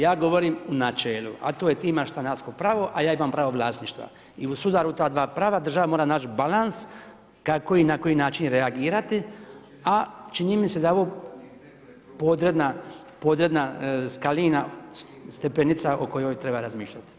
Ja govorim u načelu, a to je ti imaš stanarsko pravo, a ja imam pravo vlasništva i u sudaru ta dva prava država mora naći balans kako i na koji način reagirati, a čini mi se da je ovo podredna skalina, stepenica o kojoj treba razmišljati.